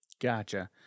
Gotcha